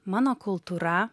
mano kultūra